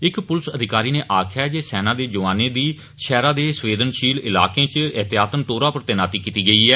इक पुलस अधिकारी नै आक्खेया जे सेना दे जौआने दी शैहरे दे संवेदनशील इलाकें इच एहतियातन तौरा पर तैनाती कीती गेई ऐ